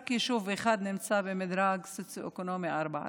רק יישוב אחד נמצא במדרג סוציו-אקונומי 4,